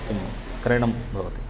किं क्रयणं भवति